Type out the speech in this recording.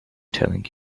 telling